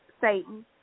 Satan